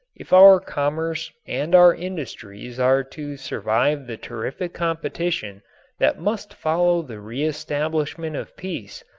if our commerce and our industries are to survive the terrific competition that must follow the reestablishment of peace,